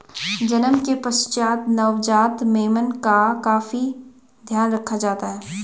जन्म के पश्चात नवजात मेमने का काफी ध्यान रखा जाता है